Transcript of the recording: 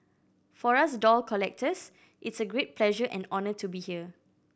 for us doll collectors it's a great pleasure and honour to be here